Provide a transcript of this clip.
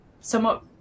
somewhat